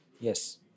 Yes